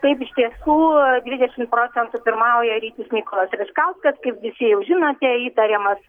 taip iš tiesų dvidešimt procentų pirmauja rytis mykolas račkauskas kaip visi jau žinote įtariamas